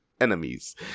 enemies